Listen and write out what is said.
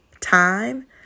time